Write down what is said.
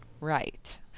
Right